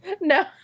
No